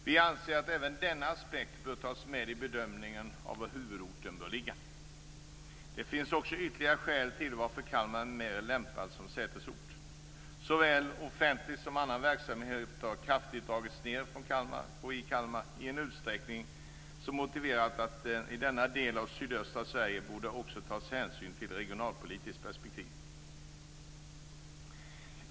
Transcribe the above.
Vi anser att även denna aspekt bör tas med i bedömningen av var huvudorten bör ligga. Det finns också ytterligare skäl till att Kalmar är mer lämpad som sätesort. Såväl offentlig som annan verksamhet har kraftigt dragits ned i Kalmar i en utsträckning som motiverar att det i denna del av sydöstra Sverige också borde tas hänsyn till ett regionalpolitiskt perspektiv.